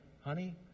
Honey